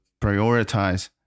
prioritize